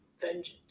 vengeance